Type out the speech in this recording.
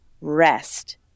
rest